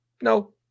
No